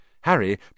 Harry